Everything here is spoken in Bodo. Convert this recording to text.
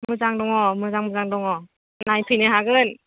मोजां दङ मोजां मोजां दङ नायफैनो हागोन